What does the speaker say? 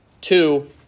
two